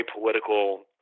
political